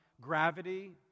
gravity